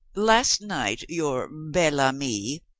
last night your bel ami,